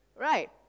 Right